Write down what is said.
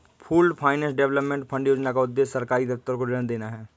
pooled finance development fund योजना का उद्देश्य सरकारी दफ्तर को ऋण देना है